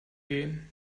gehen